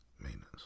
maintenance